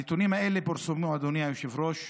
הנתונים האלה פורסמו, אדוני היושב-ראש,